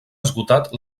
esgotat